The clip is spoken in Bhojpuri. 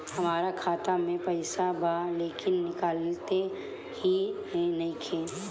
हमार खाता मे पईसा बा लेकिन निकालते ही नईखे?